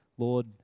Lord